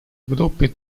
группы